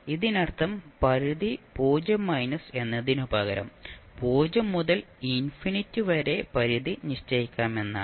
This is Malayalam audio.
ഇതിനർത്ഥം പരിധി 0 മൈനസ് എന്നതിനുപകരം 0 മുതൽ ഇൻഫിനിറ്റി വരെ പരിധി നിശ്ചയിക്കാമെന്നാണ്